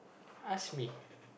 ask me